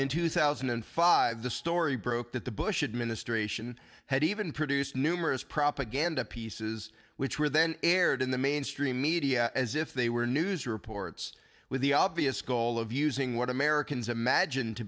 in two thousand and five the story broke that the bush administration had even produced numerous propaganda pieces which were then aired in the mainstream media as if they were news reports with the obvious goal of using what americans